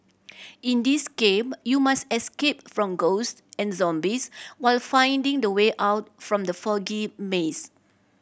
in this game you must escape from ghosts and zombies while finding the way out from the foggy maze